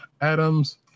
adams